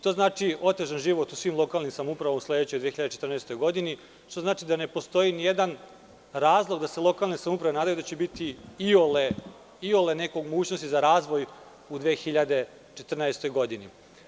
To znači otežan život u svim lokalnim samouprava u sledećoj 2014. godini, što znači da ne postoji ni jedan razlog da se lokalne samouprave nadaju da će biti iole neke mogućnosti za razvoj u 2014. godini.